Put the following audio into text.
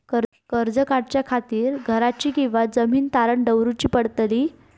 कर्ज काढच्या खातीर घराची किंवा जमीन तारण दवरूची पडतली?